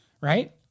right